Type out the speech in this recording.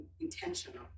intentional